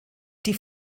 die